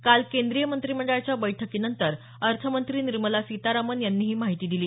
काल केंद्रीय मंत्रिमंडळाच्या बैठकीनंतर अर्थमंत्री निर्मला सीतारामन यांनी ही माहिती दिली